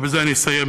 ובזה אני אסיים,